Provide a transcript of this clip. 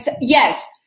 Yes